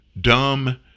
dumb